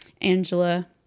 angela